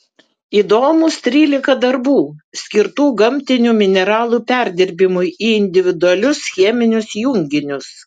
įdomūs trylika darbų skirtų gamtinių mineralų perdirbimui į individualius cheminius junginius